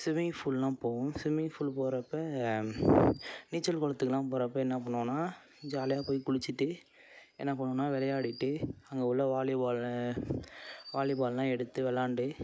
swimming ஃபூல்லாம் போவோம் swimming pool போகிறப்ப நீச்சல் குளத்துக்குலாம் போகிறப்ப என்ன பண்ணுவோனால் ஜாலியாக போய் குளித்துட்டு என்ன பண்ணுவோனால் விளையாடிட்டு அங்கே உள்ள வாலிபால் வாலிபால்லாம் எடுத்து வெளாண்டு